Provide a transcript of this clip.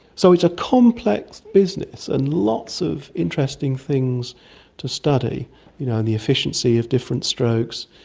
so it's a complex business, and lots of interesting things to study you know and the efficiency of different strokes,